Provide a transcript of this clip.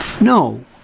No